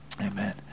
amen